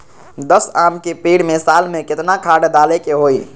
दस आम के पेड़ में साल में केतना खाद्य डाले के होई?